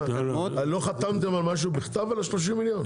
לא חתמתם משהו בכתב על ה-30 מיליון?